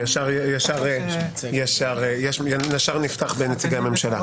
נפתח ישר בנציגי הממשלה?